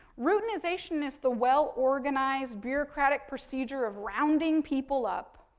routinization is the well organized bureaucratic procedure of rounding people up,